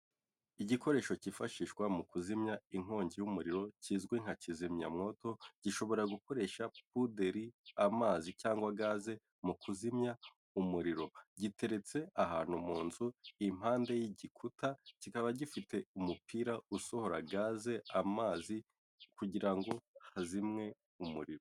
Igikoresho cyifashishwa mu kuzimya inkongi y'umuriro kizwi nka kizimyamwoto gishobora gukoresha puderi, amazi cyangwa gaze mu kuzimya umuriro, giteretse ahantu mu nzu impande y'igikuta kikaba gifite umupira usohora gaze, amazi kugira ngo hazimwe umuriro.